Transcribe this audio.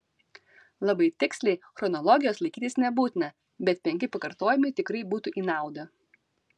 labai tiksliai chronologijos laikytis nebūtina bet penki pakartojimai tikrai būtų į naudą